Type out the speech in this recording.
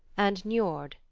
and niord,